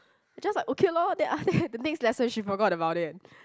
I just like okay loh then after that the next lesson she forgot about it